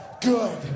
good